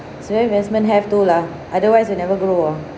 several investment have to lah otherwise you never go wor